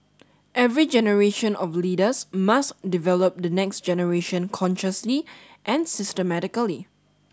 every generation of leaders must develop the next generation consciously and systematically